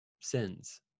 sins